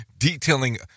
Detailing